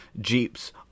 jeeps